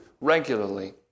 regularly